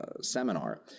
seminar